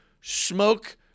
smoke